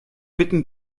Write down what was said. bitten